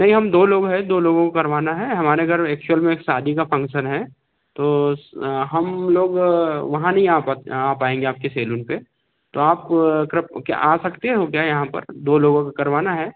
नहीं हम दो लोग है दो लोगों को करवाना है हमारे घर एक्चुअल में एक शादी का फंक्सन है तो हम लोग वहाँ नहीं आ आ पाएंगे आपके सैलून पर तो आप क्या आ सकते हो क्या यहाँ पर दो लोगों को करवाना है